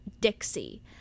Dixie